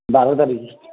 ବାର ତାରିଖ